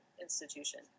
institution